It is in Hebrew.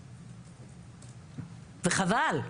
וחבל.